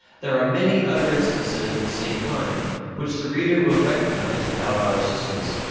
there are many other instances of the same kind which the reader will recognize without our assistance.